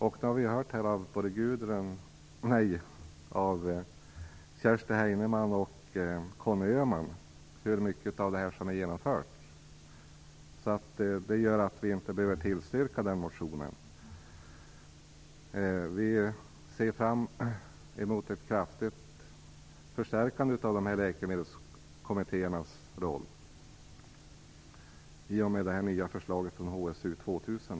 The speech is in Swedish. Vi har nu av både Kerstin Heinemann och Conny Öhman hört hur mycket av detta som är genomfört, och därför behöver vi inte tillstyrka den motionen. Vi ser fram emot ett kraftigt förstärkande av dessa läkemedelskommittéers roll i och med det nya förslaget från HSU 2000.